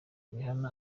rihanna